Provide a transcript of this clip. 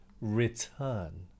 return